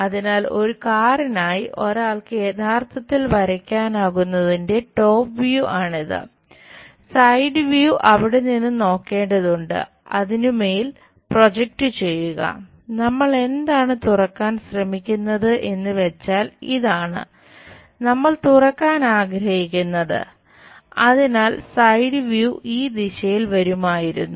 അതിനാൽ ഒരു കാറിനായി ഒരാൾക്ക് യഥാർത്ഥത്തിൽ വരയ്ക്കാനാകുന്നതിന്റെ ടോപ് വ്യൂ ഈ ദിശയിൽ വരുമായിരുന്നു